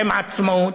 עם עצמאות,